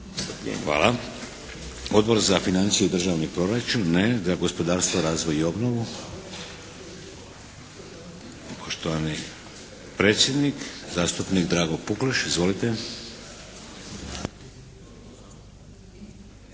Hvala. Odbor za financije i državni proračun? Ne. Za gospodarstvo, razvoj i obnovu? Poštovani predsjednik zastupnik Drago Pukleš. Izvolite!